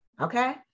Okay